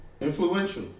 influential